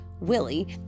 Willie